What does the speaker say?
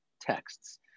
texts